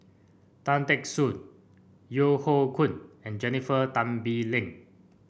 Tan Teck Soon Yeo Hoe Koon and Jennifer Tan Bee Leng